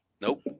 Nope